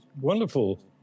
wonderful